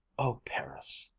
oh, paris!